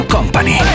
Company